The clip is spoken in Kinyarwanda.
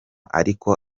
ariko